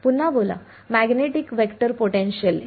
पुन्हा बोला magnetic vector potential हे